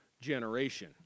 generation